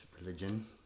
religion